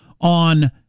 on